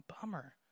bummer